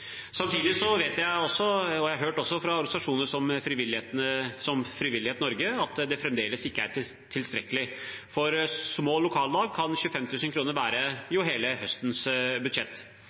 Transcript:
Samtidig vet jeg – og jeg har også hørt det fra organisasjoner som Frivillighet Norge – at det fremdeles ikke er tilstrekkelig. For små lokallag kan 25 000 kr være hele høstens budsjett.